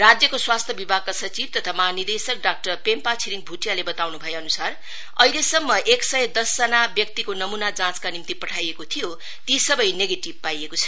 राज्यको स्वास्थ्य विभागका सचिव तथा महा निर्देशक डाक्टर पेम्पा छिरिङ भुटियाले बताउनु भए अनुसार अहिलेसम्म एक सय दश जना व्यक्तिको नमुना जाँचका निम्ति पठाइएको थियो ती सबै नेगटीब पाइएको छ